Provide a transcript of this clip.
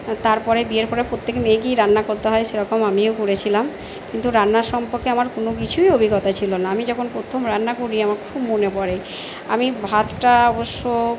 তারপরে বিয়ের পরে প্রত্যেক মেয়েকেই রান্না করতে হয় সেরকম আমিও করেছিলাম কিন্তু রান্না সম্পর্কে আমার কোনো কিছুই অভিজ্ঞতা ছিল না আমি যখন প্রথম রান্না করি আমার খুব মনে পড়ে আমি ভাতটা অবশ্য